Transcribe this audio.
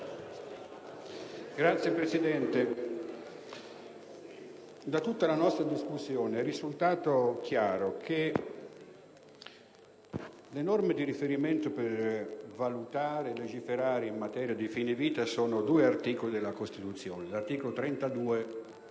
Signor Presidente, da tutta la nostra discussione è risultato chiaro che le norme di riferimento per valutare e legiferare in materia di fine vita si trovano in due articoli della Costituzione: l'articolo 32